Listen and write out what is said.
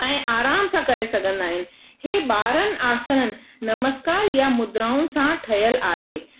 ऐं आराम सां करे सघंदा आहिनि इहे ॿारनि आसन नमस्कार या मुद्राऊं सां ठहियलु आहे